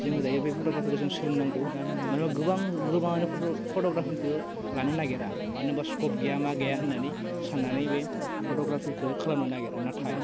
जों दायो बे फट'ग्राफिखौ जों सोलोंनांगौ मानो होनबा गोबां गोबाङानो फट' फट'ग्राफिखौ लानो नागिरा मानो होनबा स्कप गैया मा गैया होनानै सानानै बे फट'ग्राफिखौ खालामनो नागिरा नाथाय